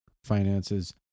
finances